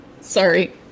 sorry